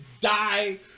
Die